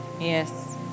Yes